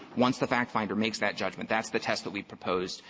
once the fact-finder makes that judgment, that's the test that we proposed,